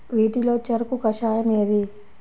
వీటిలో చెరకు కషాయం ఏది?